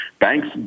banks